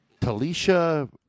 Talisha